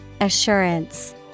Assurance